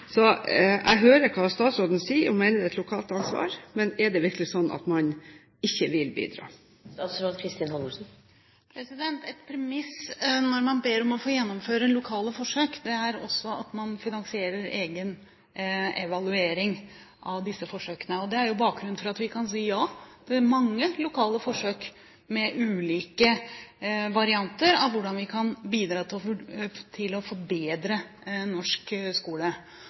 Jeg hører hva statsråden sier – hun mener det er et lokalt ansvar. Men er det virkelig slik at man ikke vil bidra? Et premiss når man ber om å få gjennomføre lokale forsøk, er også at man finansierer egen evaluering av disse forsøkene. Det er bakgrunnen for at vi kan si ja til mange lokale forsøk med ulike varianter av hvordan vi kan bidra til å forbedre norsk skole. Hvis det var slik at vi måtte ha en sentral pott der det skulle bevilges til